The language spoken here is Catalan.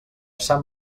sant